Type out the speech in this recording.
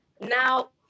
Now